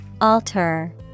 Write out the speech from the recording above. Alter